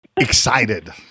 excited